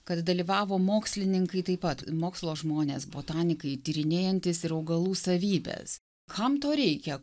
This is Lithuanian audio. kad dalyvavo mokslininkai taip pat mokslo žmonės botanikai tyrinėjantys ir augalų savybes kam to reikia